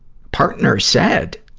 partner said,